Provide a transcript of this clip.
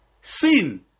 Sin